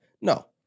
No